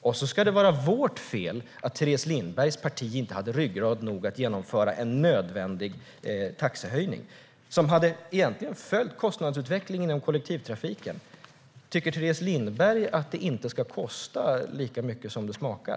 Sedan ska det vara vårt fel att Teres Lindbergs parti inte hade ryggrad nog att genomföra en nödvändig taxehöjning, som egentligen hade följt kostnadsutvecklingen inom kollektivtrafiken. Tycker Teres Lindberg att det inte ska kosta lika mycket som det smakar?